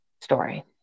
story